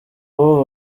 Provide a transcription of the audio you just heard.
ubu